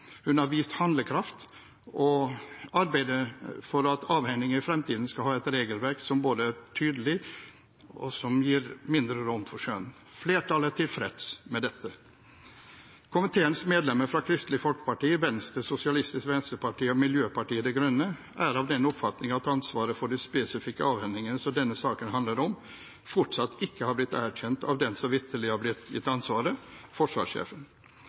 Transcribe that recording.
Hun har vist handlekraft og arbeidet for at avhendinger i fremtiden skal ha et regelverk som både er tydelig, og som gir mindre rom for skjønn. Flertallet er tilfreds med dette. Komiteens medlemmer fra Kristelig Folkeparti, Venstre, Sosialistisk Venstreparti og Miljøpartiet De Grønne er av den oppfatning at ansvaret for de spesifikke avhendingene som denne saken handler om, fortsatt ikke har blitt erkjent av den som vitterlig har blitt gitt ansvaret: forsvarssjefen.